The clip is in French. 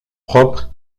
propre